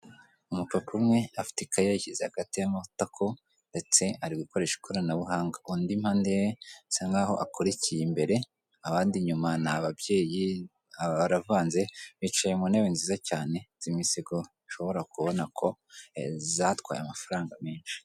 Umupapa umwe afite ikayi yashyize hagati y'amatako, ndetse ari gukoresha ikoranabuhanga, undi impande ye asa nkaho akurikiye imbere, abandi inyuma ni ababyeyi baravanze, bicaye mu ntebe nziza cyane z'imisego ushobora kubona ko zatwaye amafaranga menshi.